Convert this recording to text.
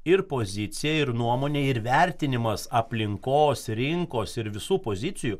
ir pozicija ir nuomonė ir vertinimas aplinkos rinkos ir visų pozicijų